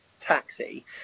taxi